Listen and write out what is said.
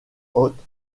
hôte